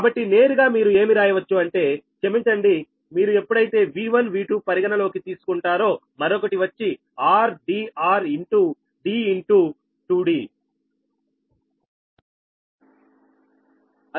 కాబట్టి నేరుగా మీరు ఏమి రాయవచ్చు అంటే క్షమించండి మీరు ఎప్పుడైతే V1 V2 పరిగణలోకి తీసుకుంటారో మరొకటి వచ్చి r d r into d into 2 d